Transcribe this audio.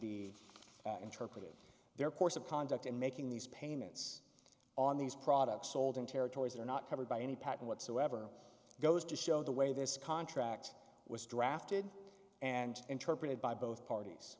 be interpreted their course of conduct in making these payments on these products sold in territories that are not covered by any patent whatsoever goes to show the way this contract was drafted and interpreted by both parties